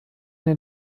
den